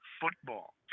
football